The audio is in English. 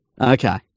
Okay